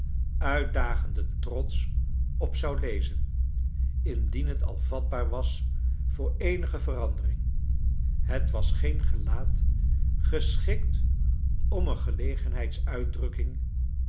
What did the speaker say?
uitdagenden trots op zou lezen indien het al vatbaaf was voor eenige verandering het was geen gelaat geschikt om een gelegenheids